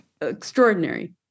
extraordinary